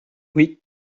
oui